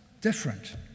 different